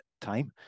time